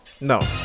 no